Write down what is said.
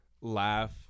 laugh